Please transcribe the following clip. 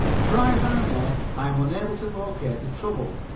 try as i may, i am unable to locate the trouble.